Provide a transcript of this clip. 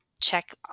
check –